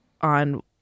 on